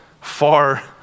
far